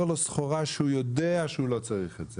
לו סחורה שהוא יודע שהוא לא צריך את זה,